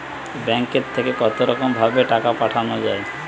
ব্যাঙ্কের থেকে কতরকম ভাবে টাকা পাঠানো য়ায়?